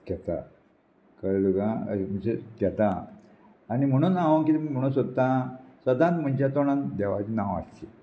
घेता कळ्ळें तुका म्हणजे घेता आनी म्हणून हांव किदें म्हणू सोदतां सदांच मनशां तोंडान देवाचीं नांव आसचें